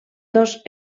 dos